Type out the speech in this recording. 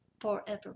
forever